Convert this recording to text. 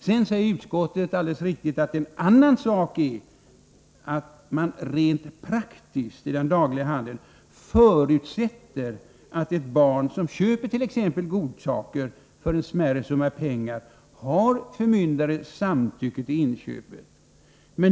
Utskottet säger alldeles riktigt att en annan sak är att man rent praktiskt i den dagliga handeln förutsätter att ett barn som köper t.ex. godsaker för en smärre summa pengar har förmyndares samtycke till inköpet.